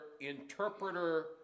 interpreter